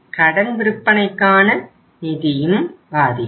கடன் விற்பனைக்கான நிதியும் பாதிக்கும்